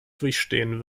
durchstehen